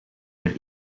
weer